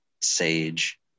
sage